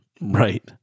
Right